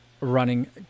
running